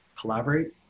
collaborate